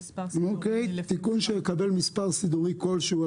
תיקון שיקבל מספר סידורי כלשהו,